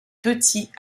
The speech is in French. petits